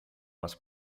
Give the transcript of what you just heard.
was